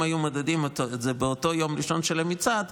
אם היו מודדים את זה באותו יום ראשון של המצעד,